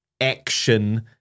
action